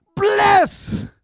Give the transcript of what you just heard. Bless